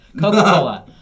Coca-Cola